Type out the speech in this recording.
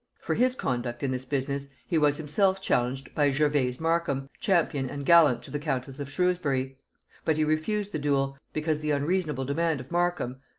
for his conduct in this business he was himself challenged by gervase markham, champion and gallant to the countess of shrewsbury but he refused the duel, because the unreasonable demand of markham,